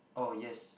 oh yes